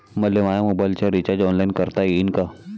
मले माया मोबाईलचा रिचार्ज ऑनलाईन करता येईन का?